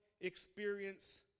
experience